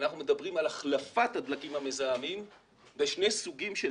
אנחנו מדברים על החלפת הדלקים המזהמים בשני סוגים של